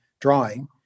drawing